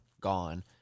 gone